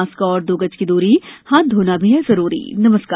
mask और दो गज की दूरी हाथ धोना भी है जरुरी नमस्कार